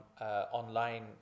online